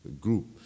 group